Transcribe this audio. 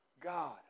God